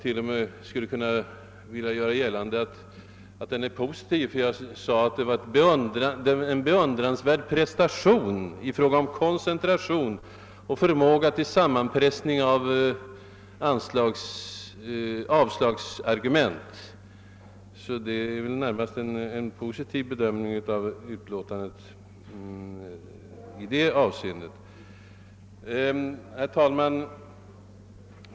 Jag skulle till och med vilja göra gällande att den var positiv. Jag sade nämligen att utlåtandet var en beundransvärd prestation i fråga om koncentration och förmåga till sammanpressning av olika avslagsargument. Det är väl närmast en positiv bedömning av utlåtandet i det avseendet. Herr talman!